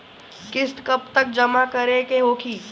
किस्त कब तक जमा करें के होखी?